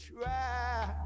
Try